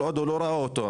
כל עוד הוא לא רואה אותו.